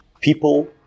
people